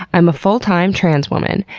i'm a full-time trans woman.